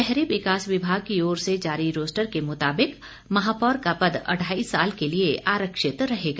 शहरी विकास विभाग की ओर से जारी रोस्टर के मुताबिक महापौर का पद अढ़ाई साल के लिए आरक्षित रहेगा